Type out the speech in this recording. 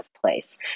place